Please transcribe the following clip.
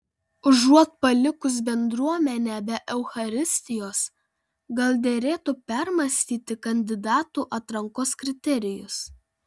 užuot palikus bendruomenę be eucharistijos gal derėtų permąstyti kandidatų atrankos kriterijus